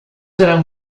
eran